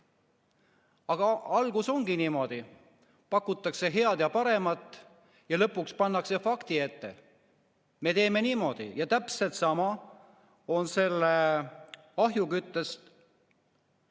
Aga algus ongi niimoodi, pakutakse head ja paremat ja lõpuks pannakse fakti ette, et me teeme niimoodi. Ja täpselt sama on selle ahjukütte